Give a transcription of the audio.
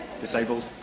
disabled